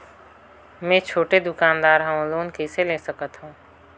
मे छोटे दुकानदार हवं लोन कइसे ले सकथव?